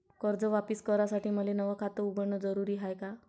कर्ज वापिस करासाठी मले नव खात उघडन जरुरी हाय का?